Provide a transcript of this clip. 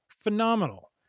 phenomenal